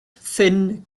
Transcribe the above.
thin